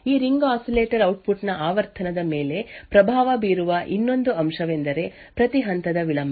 ಈ ring oscillator output ನ ಆವರ್ತನದ ಮೇಲೆ ಪ್ರಭಾವ ಬೀರುವ ಇನ್ನೊಂದು ಅಂಶವೆಂದರೆ ಪ್ರತಿ ಹಂತದ ವಿಳಂಬ